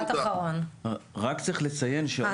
צריך לחשוב על